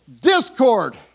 discord